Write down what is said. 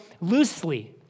loosely